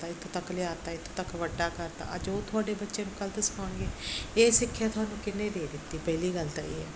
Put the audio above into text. ਇੱਥੋਂ ਤੱਕ ਲਿਆ ਦਿੱਤਾ ਇੱਥੋਂ ਤੱਕ ਵੱਡਾ ਕਰਤਾ ਅੱਜ ਉਹ ਤੁਹਾਡੇ ਬੱਚੇ ਨੂੰ ਗਲਤ ਸਿਖਾਉਣਗੇ ਇਹ ਸਿੱਖਿਆ ਤੁਹਾਨੂੰ ਕਿਹਨੇ ਦੇ ਦਿੱਤੀ ਪਹਿਲੀ ਗੱਲ ਤਾਂ ਇਹ ਹੈ